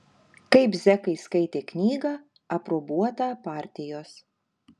kaip zekai skaitė knygą aprobuotą partijos